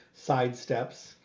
sidesteps